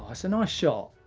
that's a nice shot.